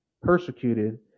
persecuted